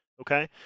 Okay